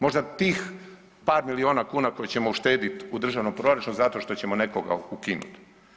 Možda tih par milijuna kuna koje ćemo uštedit u državnom proračunu zato što ćemo nekoga ukinut?